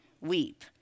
weep